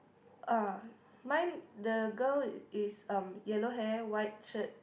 uh mine the girl is um yellow hair white shirt